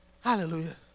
Hallelujah